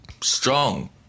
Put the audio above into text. strong